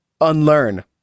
unlearn